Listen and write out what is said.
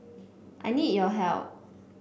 I need your help